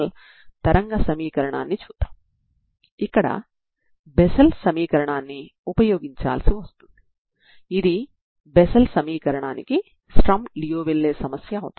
సాధారణంగా ఇంటిగ్రేషన్ ను ఉపయోగించడం ద్వారా మీరు ఈ పరిష్కారాన్ని పొందవచ్చు